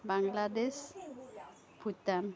Bangladesh Bhutan